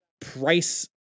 price